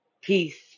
Peace